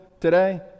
today